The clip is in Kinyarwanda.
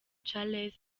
charles